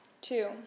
Two